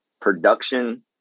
production